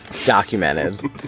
Documented